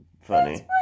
Funny